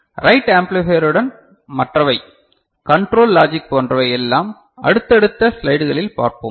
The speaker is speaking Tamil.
ரைட் ஆம்பிளிபையருடன் மற்றவை கன்ட்ரோல் லாஜிக் போன்றவை எல்லாம் அடுத்தடுத்த ஸ்லைடுகளில் பார்ப்போம்